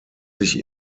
sich